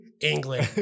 England